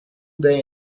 day